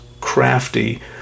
crafty